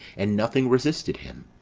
and nothing resisted him,